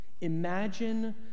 Imagine